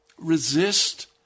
resist